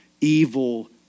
evil